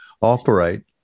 operate